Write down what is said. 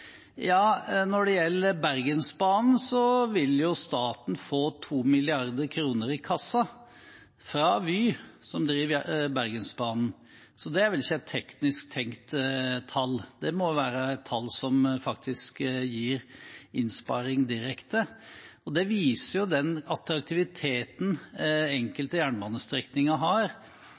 Når det gjelder Bergensbanen, vil staten få 2 mrd. kr i kassa fra Vy, som driver Bergensbanen, så det er vel ikke et teknisk tenkt tall. Det må være et tall som faktisk gir innsparing direkte. Det viser jo den attraktiviteten enkelte jernbanestrekninger har